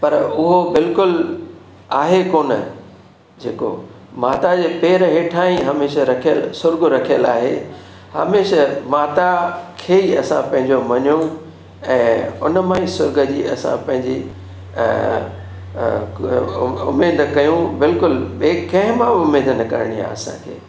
पर उहो बिल्कुलु आहे कोनि जेको माता जे पेरि हेठां ई हमेशह रखियल सुर्ॻु रखियल आहे हमेशह माता खे ई असां पंहिंजो मञू ऐं उन मां ई सुर्ॻ जी असां पंहिंजी उमेदु कयूं बिल्कुलु ॿिए कंहिं मां उमेदु न करणी आहे असांखे